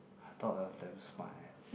I thought I was damn smart eh